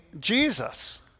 Jesus